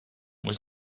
was